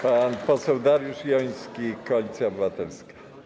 Pan poseł Dariusz Joński, Koalicja Obywatelska.